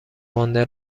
مانده